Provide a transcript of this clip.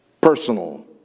personal